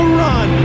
run